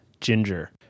ginger